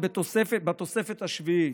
המנויות בתוספת השביעית.